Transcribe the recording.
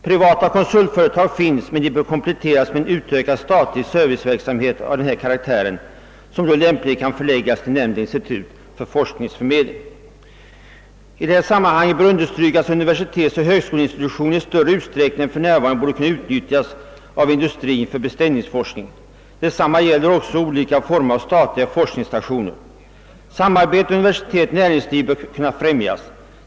Privata konsultföretag finns, men de bör kompletteras med en utökad statlig företagsamhet av denna karaktär, vilken lämpligen kan förläggas till nämnda institut för forskningsförmedling. I detta sammanhang bör understrykas att universitetsoch högskoleinstitutioner i större utsträckning än för närvarande borde kunna utnyttjas av industrin för = beställningsforskning. Detsamma gäller olika former av statliga forskningsstationer. Samarbetet universitet—näringsliv bör främjas.